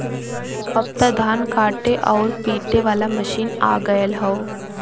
अब त धान काटे आउर पिटे वाला मशीन आ गयल हौ